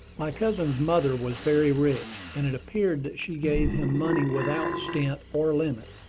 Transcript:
my cousin's mother was very rich, and it appeared that she gave him money without stint or limit.